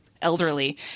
Elderly